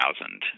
thousand